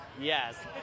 Yes